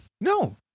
no